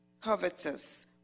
Covetous